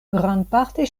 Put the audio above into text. grandparte